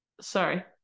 Sorry